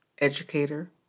educator